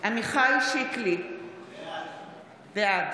עמיחי שיקלי, בעד